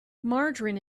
margarine